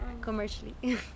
commercially